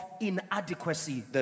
inadequacy